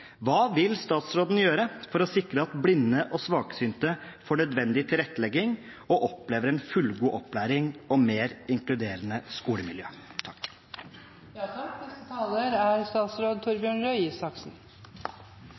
Hva vil statsråden gjøre for å sikre at blinde og svaksynte får nødvendig tilrettelegging og opplever en fullgod opplæring og et mer inkluderende skolemiljø? Tusen takk